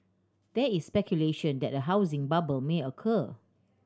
there is speculation that a housing bubble may occur